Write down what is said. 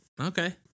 Okay